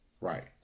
Right